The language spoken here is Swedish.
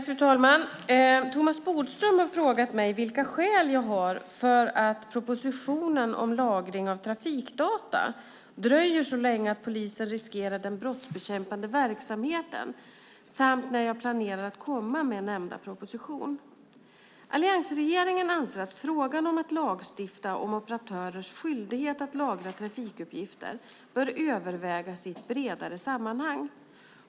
Fru talman! Thomas Bodström har frågat mig vilka skäl jag har för att propositionen om lagring av trafikdata dröjer så länge att polisen riskerar den brottsbekämpande verksamheten samt när jag planerar att komma med nämnda proposition. Alliansregeringen anser att frågan om att lagstifta om operatörers skyldighet att lagra trafikuppgifter bör övervägas i ett bredare sammanhang.